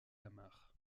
amar